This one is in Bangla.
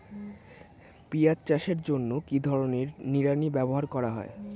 পিঁয়াজ চাষের জন্য কি ধরনের নিড়ানি ব্যবহার করা হয়?